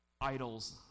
idols